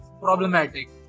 problematic